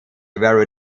very